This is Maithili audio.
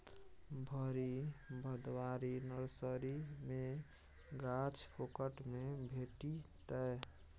भरि भदवारी नर्सरी मे गाछ फोकट मे भेटितै